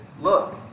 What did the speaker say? look